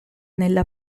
nella